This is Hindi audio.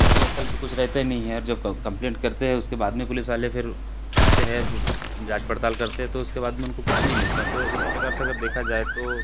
घटना स्थल पर कुछ रहता ही नहीं है और जब कम्प्लेंट करते है उसके बाद में पुलिस वाले फिर आते है जाँच पड़ताल करते है तो उसके बाद में उनको कुछ नहीं मिलता तो इस प्रकार से अगर देखा जाए तो